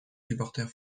supporters